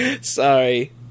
Sorry